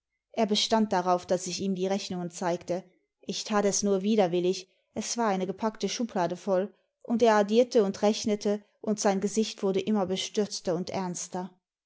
er bestand darauf daß ich ihm die rechnungen zeigte ich tat es nur widerwillig es war eine gepackte schublade voll imd er addierte und rechnete und sein gesicht wurde immer bestürzter und ernster